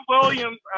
Williams